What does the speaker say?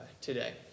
today